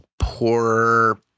poor